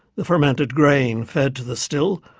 the fermented grain fed to the still,